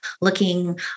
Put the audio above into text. looking